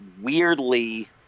Weirdly